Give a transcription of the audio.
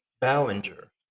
ballinger